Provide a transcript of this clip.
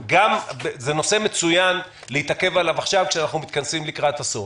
זה נושא מצוין להתעכב עליו עכשיו כשאנחנו מתכנסים לקראת הסוף.